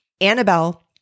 Annabelle